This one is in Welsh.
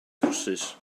drywsus